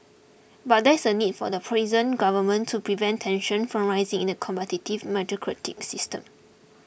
but there is a need for the present government to prevent tensions from rising in the competitive meritocratic system